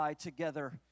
together